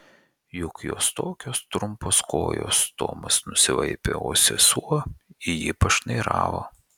juk jos tokios trumpos kojos tomas nusivaipė o sesuo į jį pašnairavo